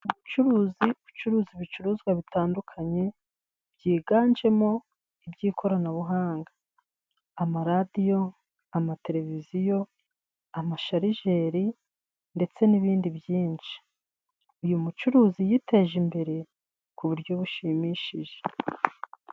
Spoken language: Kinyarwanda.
Umucuruzi ucuruza ibicuruzwa bitandukanye byiganjemo iby'ikoranabuhanga. Amaradiyo, amateleviziyo, amasharijeri ndetse n'ibindi byinshi. Uyu mucuruzi yiteje imbere ku buryo bushimishije.